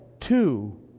two